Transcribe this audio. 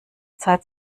zeit